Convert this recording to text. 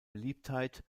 beliebtheit